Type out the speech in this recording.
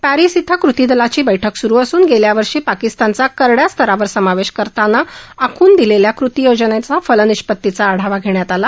Paris इथं कृती दलाची बैठक स्रू असून गेल्यावर्षी पाकिस्तानचा करड्या स्तरावर समावेश करताना आखून दिलेल्या कृती योजनेच्या फलनिष्पतीचा आढावा घेण्यात आला